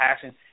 passion